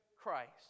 Christ